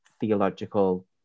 theological